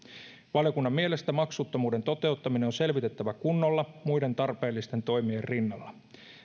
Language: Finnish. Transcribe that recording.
valiokunnan mielestä maksuttomuuden toteuttaminen on selvitettävä kunnolla muiden tarpeellisten toimien rinnalla